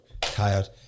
tired